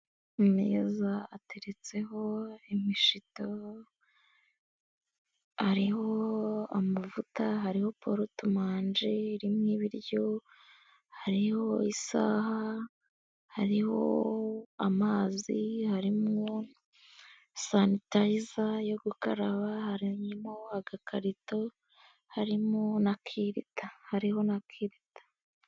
Ameza ateretseho imishito, hariho amavuta, hariho polete manje irimwo ibiryo, hariho isaha, hariho amazi, harimo sunitayiza yo gukaraba, harimo agakarito, harimo n'a kirita hariho na kerida.